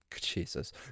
Jesus